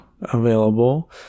Available